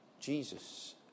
Jesus